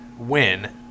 win